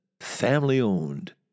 family-owned